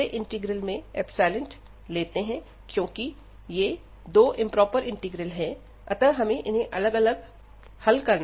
हम पहले इंटीग्रल में इप्सिलोन लेते हैं क्योंकि ये दो इंप्रोपर इंटीग्रल है अतः हमें इन्हें अलग अलग हल करना होगा